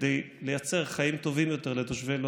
כדי לייצר חיים טובים יותר לתושבי לוד.